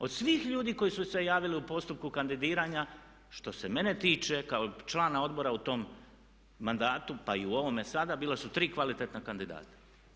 Od svih ljudi koji su se javili u postupku kandidiranja, što se mene tiče kao člana Odbora u tom mandatu, pa i u ovome sada bila su tri kvalitetna kandidata.